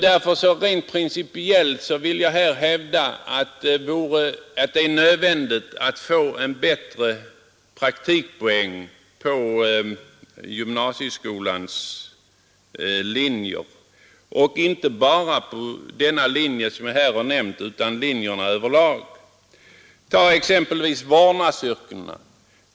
Därför vill jag rent principiellt hävda att det är nödvändigt att få en bättre praktikpoäng på gymnasieskolans linjer — inte bara på den linje som jag här har nämnt utan på linjerna över lag. Tag exempelvis vårdnadsyrkena.